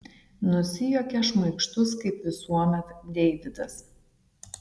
nusijuokia šmaikštus kaip visuomet deividas